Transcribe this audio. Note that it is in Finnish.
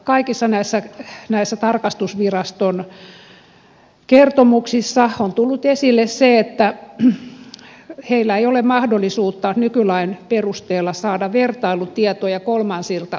kaikissa näissä tarkastusviraston kertomuksissa on tullut esille se että heillä ei ole mahdollisuutta nykylain perusteella saada vertailutietoja kolmansilta tahoilta